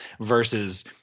versus